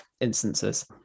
instances